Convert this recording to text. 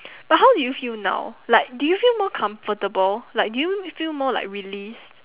but how do you feel now like do you feel more comfortable like do you feel like more released